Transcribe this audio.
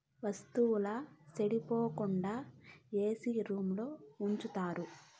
వత్తువుల సెడిపోకుండా ఏసీ రూంలో ఉంచుతారు